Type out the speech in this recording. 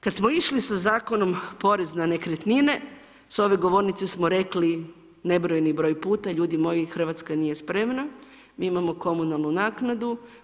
Kad smo išli sa Zakonom porez na nekretnine, sa ove govornice smo rekli nebrojeni broj puta ljudi moji Hrvatska nije spremna, mi imamo komunalnu naknadu.